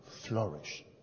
flourish